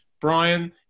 Brian